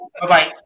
Bye-bye